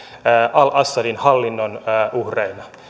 al assadin hallinnon uhreina